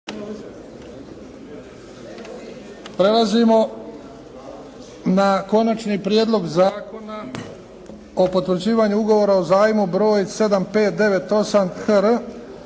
Prelazimo na - Konačni prijedlog zakona o potvrđivanju Ugovora o zajmu broj 7598 HR